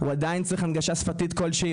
הוא עדיין צריך הנגשה שפתית כלשהי,